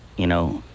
you know,